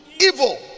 evil